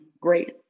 great